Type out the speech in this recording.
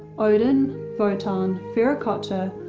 odin, votan, viracocha,